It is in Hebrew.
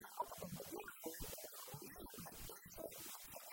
העימות התרבותי הזה, אנחנו רואים לאיזה מצבים